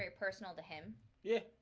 ah personal to him yeah